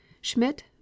Schmidt